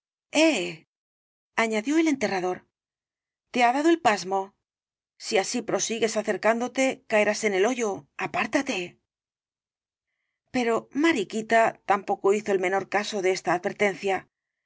añadió el enterrador te ha dado el pasmo si así prosigues acercándote caerás en el hoyo apártate pero mariquita tampoco hizo el menor caso de esta advertencia